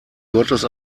gottes